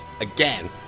again